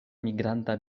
migranta